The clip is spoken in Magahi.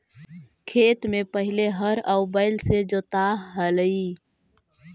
खेत में पहिले हर आउ बैल से जोताऽ हलई